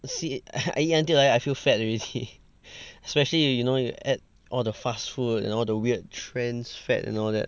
see it I eat until like that I feel fat already especially you know you add all the fast food and all the weird trans fat and all that